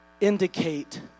indicate